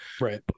Right